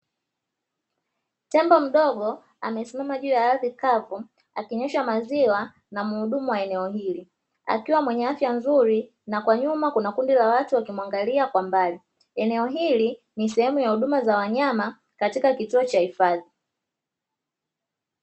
Tembo mdogo akiwa amesimama juu ya ardhi kavu, akinywesha maziwa na muhudumu wa eneo hili. Akiwa na afya nzuri na kwa nyuma Kuna kundi la watu wakimuagalia kwa mbali. Eneo hili ni sehemu ya huduma za wanyama katika kituo cha hifadhi.